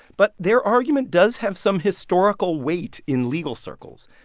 but their argument does have some historical weight in legal circles.